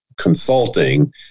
consulting